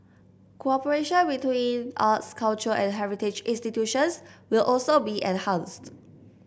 cooperation between arts culture and heritage institutions will also be enhanced